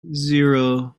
zero